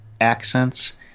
accents